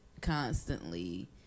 constantly